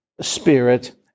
spirit